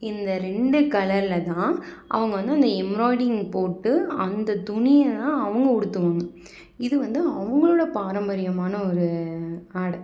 இந்த ரெண்டு கலரில் தான் அவங்க வந்து அந்த எம்ப்ராய்டிங் போட்டு அந்த துணியை தான் அவங்க உடுத்துவாங்க இது வந்து அவங்களோடய பாரம்பரியமான ஒரு ஆடை